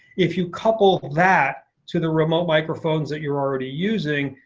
if you couple that to the remote microphones that you're already using,